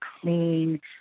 clean